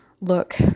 look